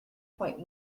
point